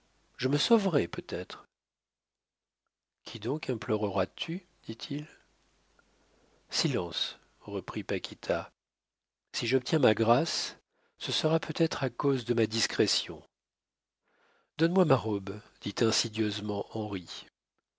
je me sauverai peut-être qui donc imploreras tu dit-il silence reprit paquita si j'obtiens ma grâce ce sera peut-être à cause de ma discrétion donne-moi ma robe dit insidieusement henri